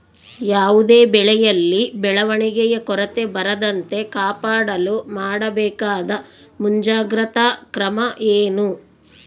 ಯಾವುದೇ ಬೆಳೆಯಲ್ಲಿ ಬೆಳವಣಿಗೆಯ ಕೊರತೆ ಬರದಂತೆ ಕಾಪಾಡಲು ಮಾಡಬೇಕಾದ ಮುಂಜಾಗ್ರತಾ ಕ್ರಮ ಏನು?